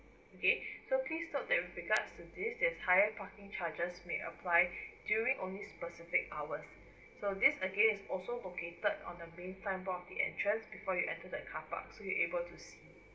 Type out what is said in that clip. okay so please note that regards to this there is higher parking charges may apply during only specific hours so this again is also located on the main signboard at entrance before you enter the car park so you able to see